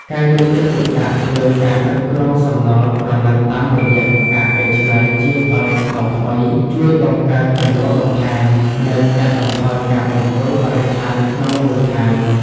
ការយកចិត្តទុកដាក់លើការគ្រប់គ្រងសំណល់ក្រណាត់តាមរយៈការកែច្នៃជាផលិតផលថ្មី ជួយបង្កើតចំណូលបន្ថែម និងកាត់បន្ថយការបំពុលបរិស្ថានក្នុងមូលដ្ឋាន។